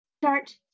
start